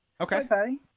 Okay